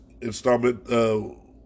installment